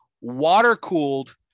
water-cooled